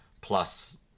plus